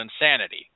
insanity